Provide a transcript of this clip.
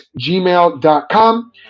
gmail.com